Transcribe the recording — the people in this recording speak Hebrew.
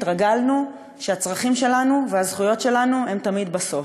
התרגלנו שהצרכים שלנו והזכויות שלנו הם תמיד בסוף.